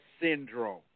Syndrome